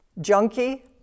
junkie